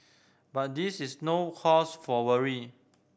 but this is no cause for worry